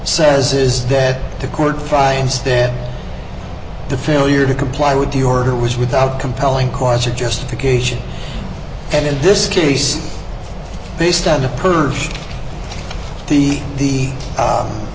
says is that the court finds that the failure to comply with the order was without compelling course or justification and in this case based on the purged the the